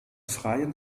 freien